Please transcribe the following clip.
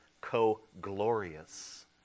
co-glorious